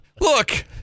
Look